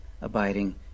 abiding